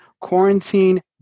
quarantine